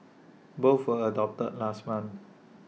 both were adopted last month